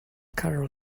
carol